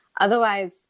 otherwise